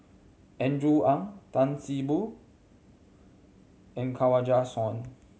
Andrew Ang Tan See Boo and Kanwaljit Soin